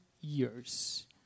years